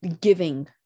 giving